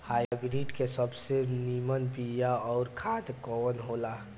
Hybrid के सबसे नीमन बीया अउर खाद कवन हो ला?